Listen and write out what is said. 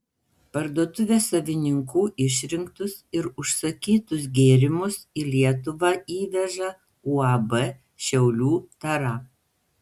parduotuvės savininkų išrinktus ir užsakytus gėrimus į lietuvą įveža uab šiaulių tara